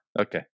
Okay